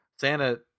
Santa